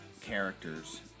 characters